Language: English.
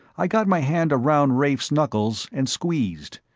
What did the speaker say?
i got my hand around rafe's knuckles and squeezed.